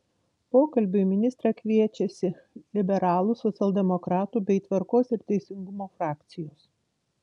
pokalbiui ministrą kviečiasi liberalų socialdemokratų bei tvarkos ir teisingumo frakcijos